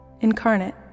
Incarnate